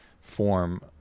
form